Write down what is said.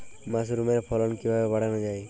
মাসরুমের ফলন কিভাবে বাড়ানো যায়?